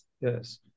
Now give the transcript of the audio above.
Yes